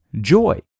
Joy